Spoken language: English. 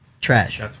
Trash